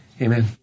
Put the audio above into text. Amen